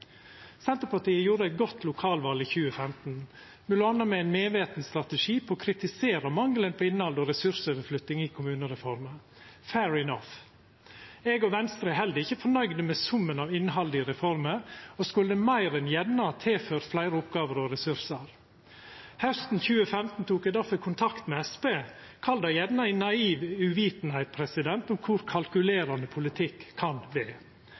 Senterpartiet gjorde eit godt lokalval i 2015, m.a. med ein medveten strategi om å kritisera mangelen på innhald og ressursoverflytting i kommunereforma – «fair enough». Heller ikkje eg og Venstre er fornøgde med summen av innhaldet i reforma og skulle meir enn gjerne ha tilført fleire oppgåver og ressursar. Hausten 2015 tok eg difor kontakt med Senterpartiet – kall det gjerne i naiv vankunne om kor kalkulerande politikk kan